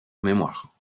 mémoire